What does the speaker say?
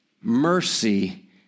mercy